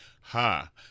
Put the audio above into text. ha